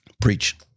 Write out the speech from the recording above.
Preach